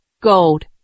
GOLD